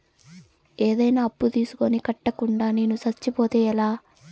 ఏదైనా అప్పు తీసుకొని కట్టకుండా నేను సచ్చిపోతే ఎలా